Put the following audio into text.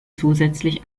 zusätzlich